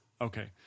Okay